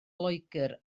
loegr